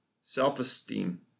self-esteem